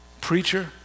preacher